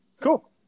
Cool